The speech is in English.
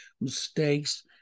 mistakes